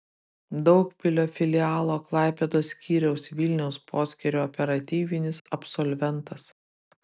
daugpilio filialo klaipėdos skyriaus vilniaus poskyrio operatyvinis absolventas